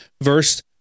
verse